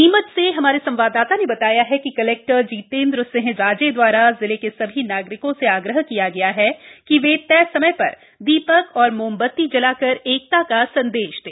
नीमच से हमारे संवाददाता ने बताया है कि कलेक्टर जितेंद्र सिंह राजे दवारा जिले के सभी नागरिकों से आग्रह किया गया है कि वे तय समय पर दीपक और मोमबत्ती जलाकर एकता का संदेश दें